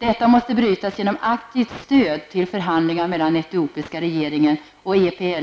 Detta måste brytas genom aktivt stöd till förhandlingar mellan den etiopiska regeringen och När